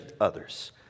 others